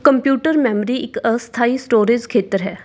computer memory ਇੱਕ ਅਸਥਾਈ storage ਖੇਤਰ ਹੈ